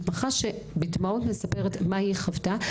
מתמחה שבדמעות מספרת מה היא חוותה,